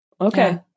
okay